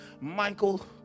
Michael